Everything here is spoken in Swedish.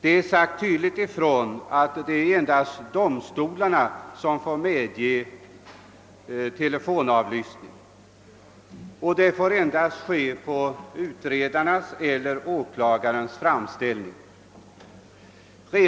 Det sägs tydligt ifrån att det endast är domstolarna som får medge telefonavlyssning, och det får bara ske på utredares eller åklagares framställning.